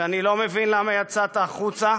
שאני לא מבין למה יצאת החוצה,